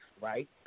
Right